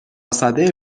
سده